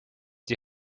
die